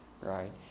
Right